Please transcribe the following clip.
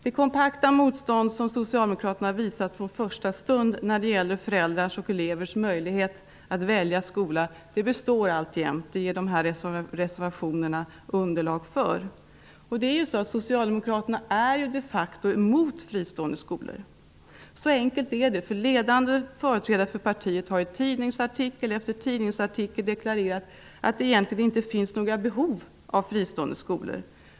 Det kompakta motstånd som Socialdemokraterna har visat från första stund när det gäller föräldrars och elevers möjlighet att välja skola består alltjämt. Det ger dessa reservationer underlag för. Socialdemokraterna är de facto emot fristående skolor. Så enkelt är det. Ledande företrädare för partiet har i tidningsartikel efter tidningsartikel deklarerat att det egentligen inte finns något behov av fristående skolor.